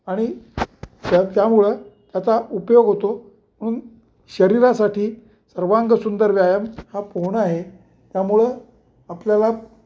आणि त्या त्यामुळं त्याचा उपयोग होतो म्हणून शरीरासाठी सर्वांगसुंदर व्यायाम हा पोहणं आहे त्यामुळं आपल्याला